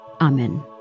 Amen